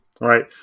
right